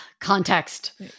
Context